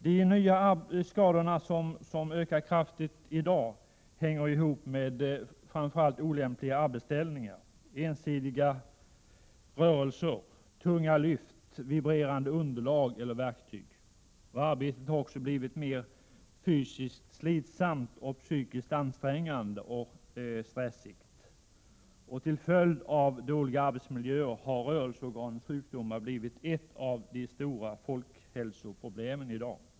De nya skadorna, som ökar kraftigt, hänger ihop med olämpliga arbetsställningar, ensidiga arbetsrörelser, tunga lyft, vibrerande underlag eller verktyg. Arbetet har också blivit mer fysiskt slitsamt och psykiskt ansträngande samt stressigt. Till följd av dåliga arbetsmiljöer har rörelseorganens sjukdomar blivit ett av de stora folkhälsoproblemen.